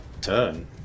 turn